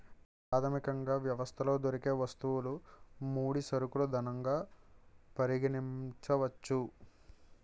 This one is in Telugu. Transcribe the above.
ప్రాథమికంగా వ్యవస్థలో దొరికే వస్తువులు ముడి సరుకులు ధనంగా పరిగణించవచ్చు